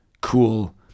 cool